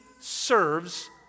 serves